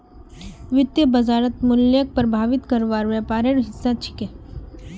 वित्तीय बाजारत मूल्यक प्रभावित करना व्यापारेर हिस्सा छिके